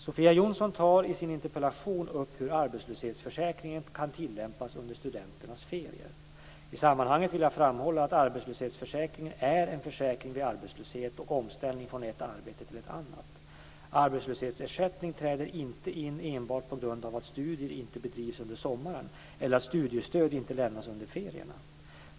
Sofia Jonsson tar i sin interpellation upp hur arbetslöshetsförsäkringen kan tillämpas under studenternas ferier. I sammanhanget vill jag framhålla att arbetslöshetsförsäkringen är en försäkring vid arbetslöshet och omställning från ett arbete till ett annat. Arbetslöshetsersättning träder inte in enbart på grund av att studier inte bedrivs under sommaren eller att studiestöd inte lämnas under ferierna.